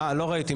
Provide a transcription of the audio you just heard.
אה, לא ראיתי.